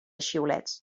xiulets